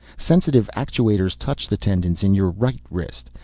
sensitive actuators touch the tendons in your right wrist.